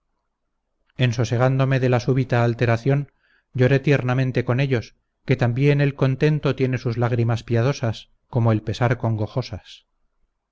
en sosegándome de la súbita alteración lloré tiernamente con ellos que también el contento tiene sus lágrimas piadosas como el pesar